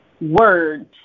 words